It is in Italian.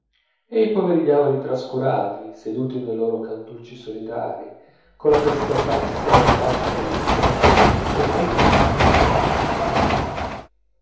e i poveri diavoli trascurati seduti nei loro cantucci solitarii colla testa bassa e la faccia malinconica che meditano sulle speranze perdute